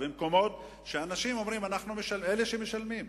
במקומות שאנשים שמשלמים אומרים: